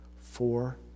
Four